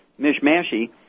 mishmashy